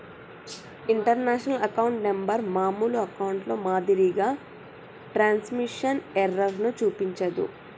international account number మామూలు అకౌంట్లో మాదిరిగా ట్రాన్స్మిషన్ ఎర్రర్ ను చూపించదు